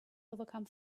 overcome